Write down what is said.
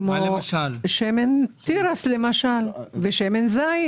כמו שמן התירס ושמן הזית.